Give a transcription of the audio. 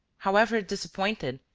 however disappointed,